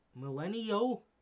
Millennial